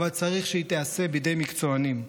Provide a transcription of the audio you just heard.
אבל צריך שהיא תיעשה בידי מקצוענים.